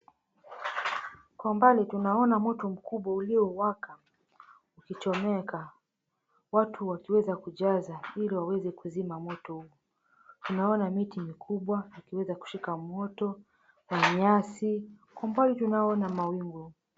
Kwa mbali tunaona moto mkubwa uliowaka ukichomeka, watu wakiweza kujaza iliwaweze kuzima moto huo. Tunaona miti mikubwa ikiweza kushika moto na nyasi. Kwa mbali tunaona mawingu.